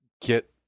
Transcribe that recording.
get